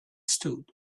stood